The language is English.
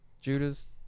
Judas